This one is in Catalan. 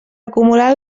acumular